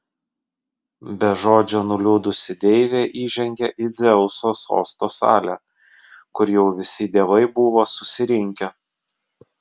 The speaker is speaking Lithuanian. be žodžio nuliūdusi deivė įžengė į dzeuso sosto salę kur jau visi dievai buvo susirinkę